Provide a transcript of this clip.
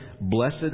Blessed